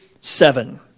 seven